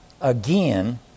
again